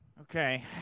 Okay